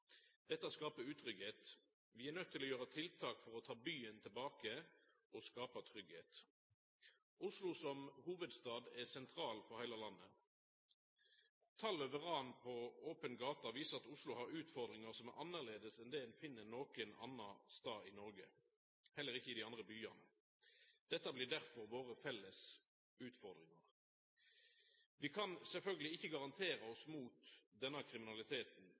Dette skaper utryggleik. Vi er nøydde til å gjera tiltak for å ta byen tilbake og skapa tryggleik. Oslo som hovudstad er sentral for heile landet. Tal over ran på open gate viser at Oslo har utfordringar som er annleis enn det ein finn nokon annan stad i Noreg, heller ikkje i dei andre byane. Dette blir derfor våre felles utfordringar. Vi kan sjølvsagt ikkje garantera oss mot denne kriminaliteten.